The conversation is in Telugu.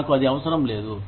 నాకు అది అవసరం లేదు